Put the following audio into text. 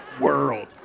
world